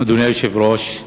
אדוני היושב-ראש,